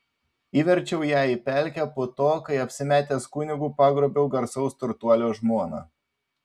įverčiau ją į pelkę po to kai apsimetęs kunigu pagrobiau garsaus turtuolio žmoną